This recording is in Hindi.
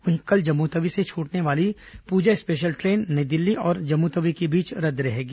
वहीं कल जम्मूतवी से छूटने वाली पूजा स्पेशल ट्रेन नई दिल्ली और जम्मूतवी के बीच रद्द रहेगी